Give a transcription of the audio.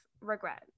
regret